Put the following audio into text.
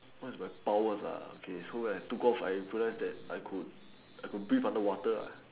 what's my powers ah okay so when I took off I realise that I could I could breathe underwater lah